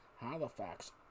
Halifax